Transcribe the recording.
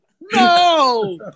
no